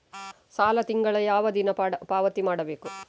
ಸಾಲ ತಿಂಗಳ ಯಾವ ದಿನ ಪಾವತಿ ಮಾಡಬೇಕು?